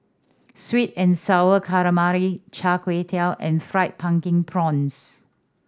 Sweet and Sour Calamari Char Kway Teow and Fried Pumpkin Prawns